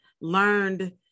learned